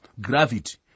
gravity